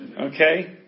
Okay